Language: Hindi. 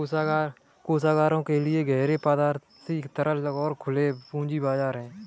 कोषागारों के लिए गहरे, पारदर्शी, तरल और खुले पूंजी बाजार हैं